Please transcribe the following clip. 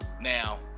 Now